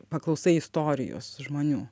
paklausai istorijos žmonių